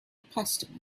customer